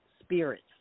spirits